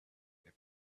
they